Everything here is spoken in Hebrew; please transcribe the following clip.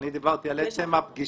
אני דיברתי על עצם הפגישה.